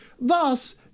Thus